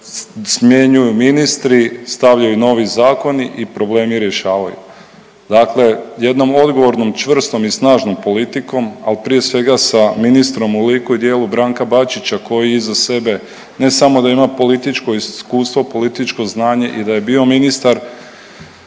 smjenjuju ministri, stavljaju novi zakoni problemi rješavaju. Dakle jednom odgovornom, čvrstom i snažnom politikom, ali prije svega sa ministrom u liku i djelu Branka Bačića koji iza sebe, ne samo da ima političko iskustvo, političko znanje i da je bio ministar